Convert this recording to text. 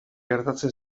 gertatzen